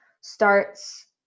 starts